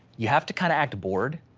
you have to kind of act bored.